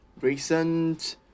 recent